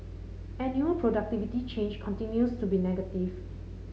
annual productivity change continues to be negative